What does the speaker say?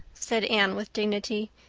said anne with dignity,